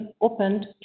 opened